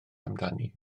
amdani